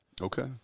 Okay